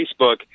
Facebook